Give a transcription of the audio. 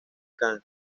khan